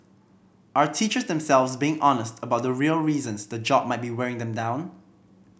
are teachers themselves being honest about the real reasons the job might be wearing them down